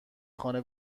خانه